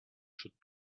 should